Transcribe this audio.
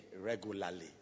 regularly